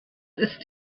ist